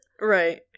Right